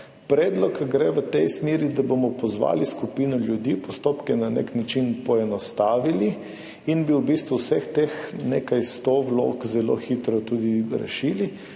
Predlog gre v tej smeri, da bomo pozvali skupino ljudi, postopke na nek način poenostavili in bi v bistvu vseh teh nekaj 100 vlog zelo hitro tudi rešili.